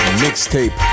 mixtape